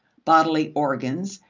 bodily organs,